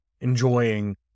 enjoying